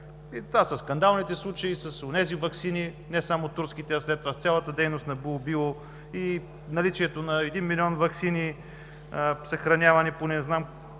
Това са скандалните случаи с онези ваксини, не само турските, а след това с цялата дейност на „Бул Био“ и наличието на един милион ваксини, съхранявани по не знам